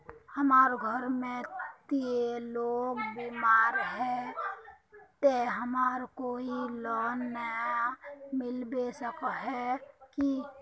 हमर घर में ते लोग बीमार है ते हमरा कोई लोन नय मिलबे सके है की?